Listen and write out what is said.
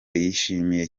yishimiye